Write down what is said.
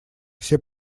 все